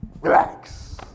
Relax